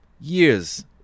years